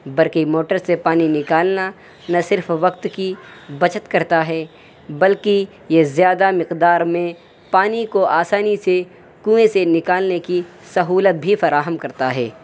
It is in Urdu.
برقی موٹر سے پانی نکالنا نہ صرف وقت کی بچت کرتا ہے بلکہ یہ زیادہ مقدار میں پانی کو آسانی سے کنویں سے نکالنے کی سہولت بھی فراہم کرتا ہے